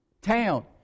town